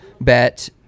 bet